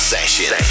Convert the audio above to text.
Session